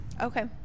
Okay